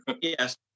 Yes